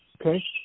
Okay